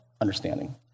understanding